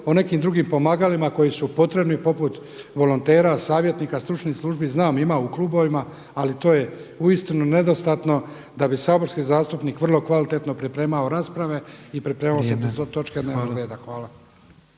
o nekim drugim pomagalima koji su potrebni poput volontera, savjetnika, stručnih službi. Znam ima u klubovima, ali to je uistinu nedostatno da bi saborski zastupnik vrlo kvalitetno pripremao rasprave i pripremao se za točke dnevnog reda. Hvala.